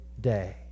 day